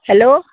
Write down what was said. hello